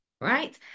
right